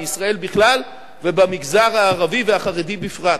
בישראל בכלל ובמגזר הערבי והחרדי בפרט.